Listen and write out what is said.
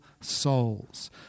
souls